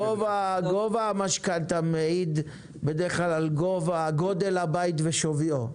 גובה המשכנתה מעיד בדרך כלל על גודל הבית ושוויו.